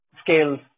scales